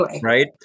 right